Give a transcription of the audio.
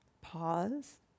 pause